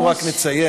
אנחנו רק נציין,